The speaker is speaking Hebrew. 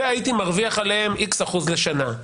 ומרוויח עליו x% לשנה.